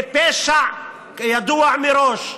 בפשע ידוע מראש?